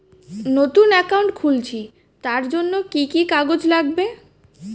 নতুন অ্যাকাউন্ট খুলছি তার জন্য কি কি কাগজ লাগবে?